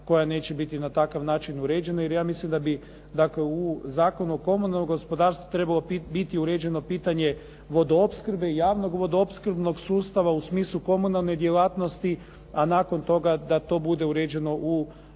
koja neće biti na takav način uređena. Jer ja mislim da bi dakle u Zakonu o komunalnom gospodarstvu trebalo biti uređeno pitanje vodoopskrbe i javnog vodoopskrbnog sustava u smislu komunalne djelatnosti, a nakon toga da to bude uređeno u